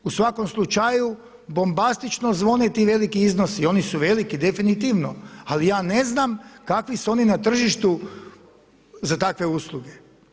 U svakom slučaju bombastično zvone ti veliki iznosi, oni su veliki definitivno, ali ja ne znam kakvi su oni na tržištu za takve usluge.